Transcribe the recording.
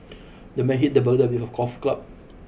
the man hit the burglar with a golf club